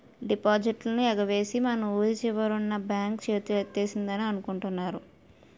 డిపాజిట్లన్నీ ఎగవేసి మన వూరి చివరన ఉన్న బాంక్ చేతులెత్తేసిందని అనుకుంటున్నారు